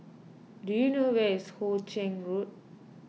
do you know where is Hoe Chiang Road